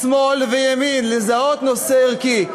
שמאל וימין, לזהות נושא ערכי.